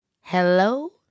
Hello